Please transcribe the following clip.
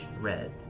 red